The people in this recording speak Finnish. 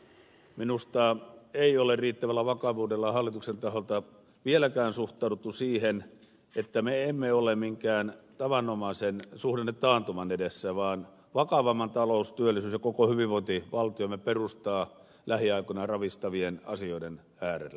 minusta ei ole riittävällä vakavuudella hallituksen taholta vieläkään suhtauduttu siihen että me emme ole minkään tavanomaisen suhdannetaantuman edessä vaan vakavampien taloutta työllisyyttä ja koko hyvinvointivaltiomme perustaa lähiaikoina ravistavien asioiden äärellä